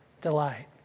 delight